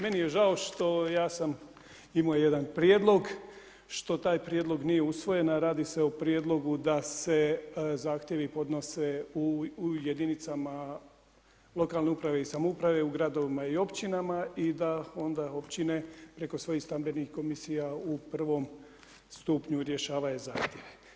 Meni je žao što, ja sam imao jedan prijedlog, što taj prijedlog nije usvojen a radi se o prijedlogu da se zahtjevi podnose u jedinicama lokalne uprave i samouprave, u gradovima i općinama i da onda općine preko svojih stambenih komisija u prvom stupnju rješavaju zahtjeve.